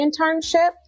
internship